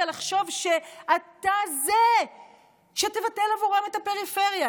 לחשוב שאתה זה שתבטל בעבורם את הפריפריה,